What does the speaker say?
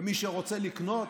ומי שרוצה לקנות,